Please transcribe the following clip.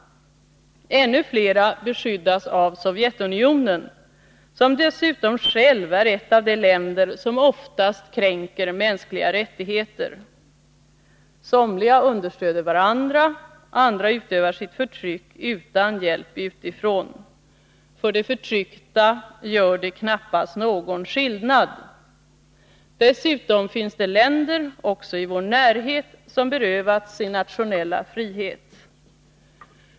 Ännu flera beskyddas av Sovjetunionen, som dessutom själv är ett av de länder som oftast kränker mänskliga rättigheter. Somliga understöder varandra, andra utövar sitt förtryck utan hjälp utifrån. För de förtryckta gör det knappast någon skillnad. Dessutom finns det länder, också i vår närhet, som berövats sin nationella frihet.